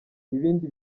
ibindi